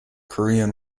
korean